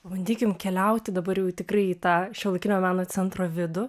pabandykim keliauti dabar jau tikrai į tą šiuolaikinio meno centro vidų